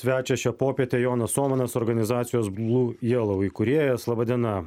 svečias šią popietę jonas ohmanas organizacijos blue jelau įkūrėjas laba diena